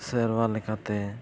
ᱥᱮᱨᱚᱣᱟ ᱞᱮᱠᱟᱛᱮ